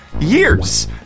years